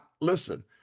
listen